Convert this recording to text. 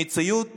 המציאות